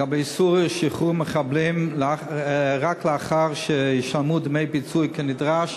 לגבי איסור שחרור מחבלים אלא רק לאחר שישלמו דמי פיצוי כנדרש.